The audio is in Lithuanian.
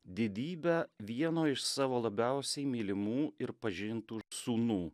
didybę vieno iš savo labiausiai mylimų ir pažintų sūnų